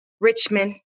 Richmond